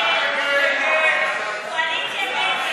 ההסתייגות (3)